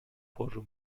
پررو